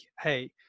hey